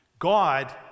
God